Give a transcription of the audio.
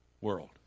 world